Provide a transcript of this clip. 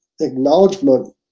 acknowledgement